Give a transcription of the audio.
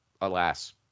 alas